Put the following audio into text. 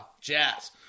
Jazz